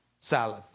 salad